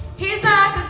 he's not